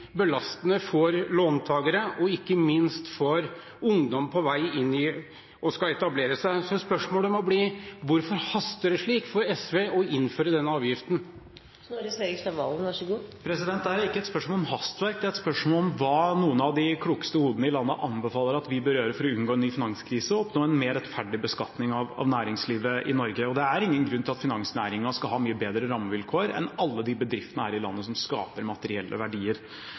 belastende for låntagere og ikke minst for ungdom som skal etablere seg. Så spørsmålet må bli: Hvorfor haster det slik for SV å innføre denne avgiften? Dette er ikke et spørsmål om hastverk, det er et spørsmål om hva noen av de klokeste hodene i landet anbefaler oss å gjøre for å unngå en ny finanskrise og oppnå en mer rettferdig beskatning av næringslivet i Norge. Det er ingen grunn til at finansnæringen skal ha mye bedre rammevilkår enn alle de bedriftene her i landet som skaper materielle verdier.